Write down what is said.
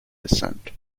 descent